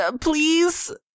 Please